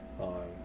on